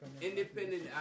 Independent